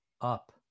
up